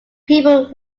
people